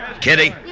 Kitty